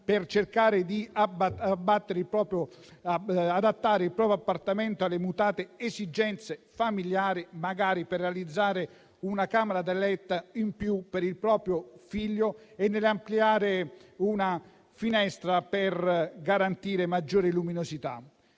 per cercare di adattare il proprio appartamento alle mutate esigenze familiari, magari per realizzare una camera da letto in più per il proprio figlio, per ampliare una finestra per garantire maggiore luminosità.